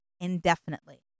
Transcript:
indefinitely